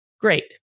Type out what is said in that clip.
great